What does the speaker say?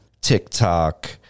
TikTok